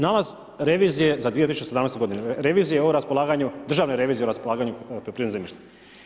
Nalaz revizije za 2017. g. revizija o raspolaganju, državne revizije o raspolaganju poljoprivrednog zemljišta.